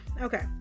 Okay